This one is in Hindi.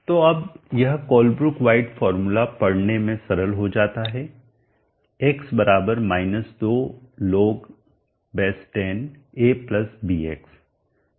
तो अब यह कोलेब्रुक व्हाइट फॉर्मूला पढ़ने में सरल हो जाता है x 2 log10 abx